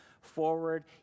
forward